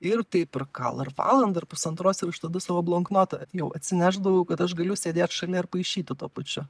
ir taip ir gal ir valandą ar pusantros ir aš tada savo bloknotą jau atsinešdavau kad aš galiu sėdėt šalia ir paišyti tuo pačiu